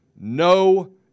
No